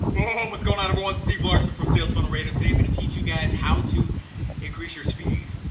boom! what's goin' on everyone. steve larsen from sales funnel radio. today i'm gonna teach you guys how to increase your speed.